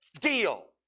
deal